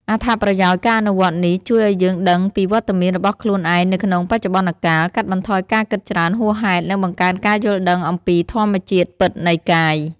អត្ថប្រយោជន៍ ការអនុវត្តន៍នេះជួយឲ្យយើងដឹងពីវត្តមានរបស់ខ្លួនឯងនៅក្នុងបច្ចុប្បន្នកាល កាត់បន្ថយការគិតច្រើនហួសហេតុ និងបង្កើនការយល់ដឹងអំពីធម្មជាតិពិតនៃកាយ។